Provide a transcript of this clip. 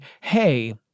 hey